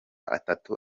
atatu